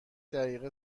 دقیقه